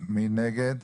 מי נגד?